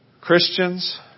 Christians